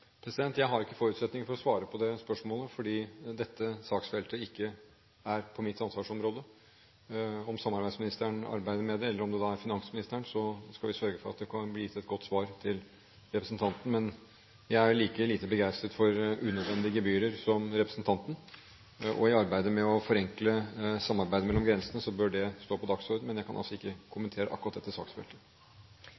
Jeg har ikke forutsetning for å svare på det spørsmålet fordi dette saksfeltet ikke er mitt ansvarsområde. Om samarbeidsministeren arbeider med det, eller om det er finansministeren, skal vi sørge for at det kan bli gitt et godt svar til representanten. Jeg er like lite begeistret for unødvendige gebyrer som representanten, og i arbeidet med å forenkle samarbeidet mellom grensene bør det stå på dagsordenen. Men jeg kan altså ikke